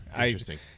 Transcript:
interesting